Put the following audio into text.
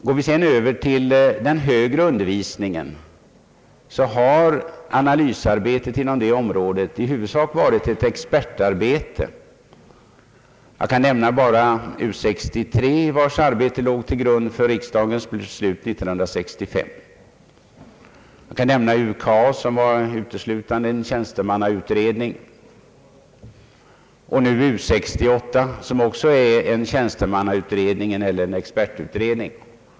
Går vi sedan över till den högre undervisningen kan vi konstatera att analysarbetet inom det området i huvudsak utförts av experter. Jag kan som exempel nämna U 63, vars arbete låg till grund för riksdagens beslut 1965. Dessutom kan jag nämna UKAS, som uteslutande var en tjänstemannautredning. Nu har vi U 68, som också är en tjänstemannaeller expertutredning.